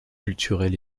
culturel